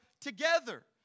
together